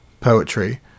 poetry